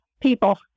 people